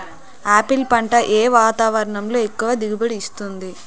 Apple పంట ఏ వాతావరణంలో ఎక్కువ దిగుబడి ఇస్తుంది?